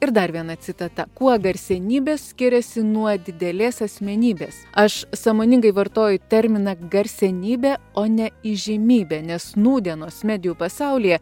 ir dar viena citata kuo garsenybės skiriasi nuo didelės asmenybės aš sąmoningai vartoju terminą garsenybė o ne įžymybė nes nūdienos medijų pasaulyje